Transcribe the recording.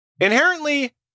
inherently